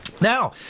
Now